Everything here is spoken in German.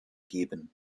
geben